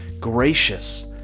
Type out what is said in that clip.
gracious